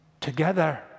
Together